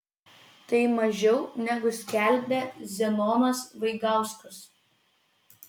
tai mažiau negu skelbė zenonas vaigauskas